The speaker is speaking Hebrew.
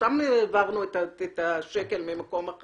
סתם העברנו את השקל ממקום אחד